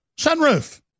sunroof